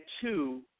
two